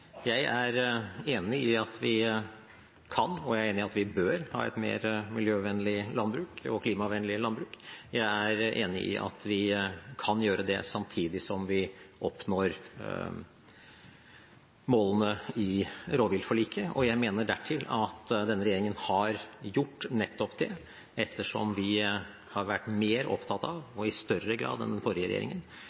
Jeg er enig i at vi kan og bør ha et mer miljøvennlig og klimavennlig landbruk. Jeg er enig i at vi kan gjøre det samtidig som vi oppnår målene i rovviltforliket. Og jeg mener dertil at denne regjeringen har gjort nettopp det, ettersom vi har vært mer opptatt av og i større grad enn den forrige regjeringen